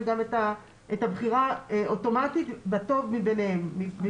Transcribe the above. גם את הבחירה אוטומטית בטוב מביניהם.